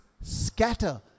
scatter